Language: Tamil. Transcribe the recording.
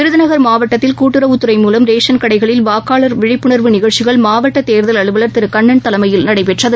விருதுநகர் மாவட்டத்தில் கூட்டுறவுத்துறை மூலம் ரேஷன் கடைகளில் வாக்காளர் விழிப்புணர்வு நிகழ்ச்சிகள் மாவட்டதேர்தல் அலுவலர் திருகண்ணன் தலைமையில் நடைபெற்றது